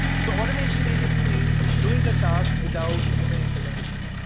so automation basically means doing a task without human intervention.